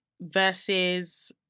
versus